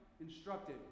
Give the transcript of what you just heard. instructed